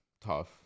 tough